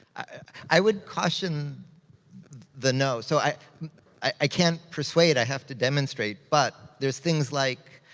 i would caution the no. so i i can't persuade, i have to demonstrate, but there's things like,